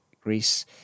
Greece